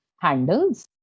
handles